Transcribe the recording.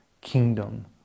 kingdom